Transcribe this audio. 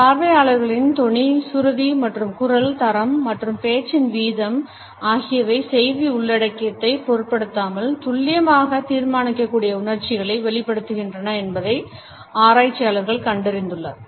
பார்வையாளர்களின் தொனி சுருதி மற்றும் குரல் தரம் மற்றும் பேச்சின் வீதம் ஆகியவை செய்தி உள்ளடக்கத்தை பொருட்படுத்தாமல் துல்லியமாக தீர்மானிக்கக்கூடிய உணர்ச்சிகளை வெளிப்படுத்துகின்றன என்பதை ஆராய்ச்சியாளர்கள் கண்டறிந்துள்ளனர்